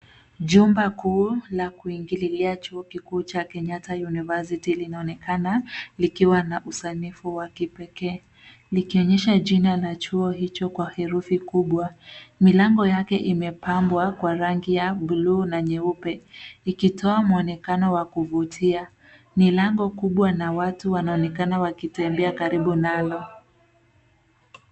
Jumba kuu la kuingililia chuo kikuu cha Kenyatta University linaonekana likiwa na usanifu wa kipekee likionyesha jina la chuo hicho kwa herufi kubwa. Milango yake imepambwa kwa rangi ya bluu na nyeupe ikitoa mwonekano wa kuvutia. Ni lango kubwa na watu wanaonekana wakitembea karibu nalo.